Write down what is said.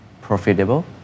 profitable